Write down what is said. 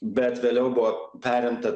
bet vėliau buvo perimta